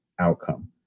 outcome